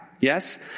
Yes